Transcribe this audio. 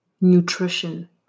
nutrition